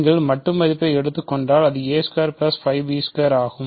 நீங்கள் மட்டு மதிப்பை எடுத்துக் கொண்டால் அது ஆகும்